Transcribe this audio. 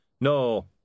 No